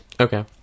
Okay